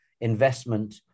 investment